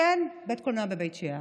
שאין בית קולנוע בבית שאן,